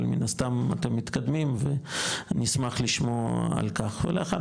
אבל מן הסתם אתם מתקדמים ואני אשמח לשמוע על כך ולאחר